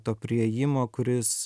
to priėjimo kuris